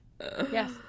yes